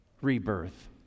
rebirth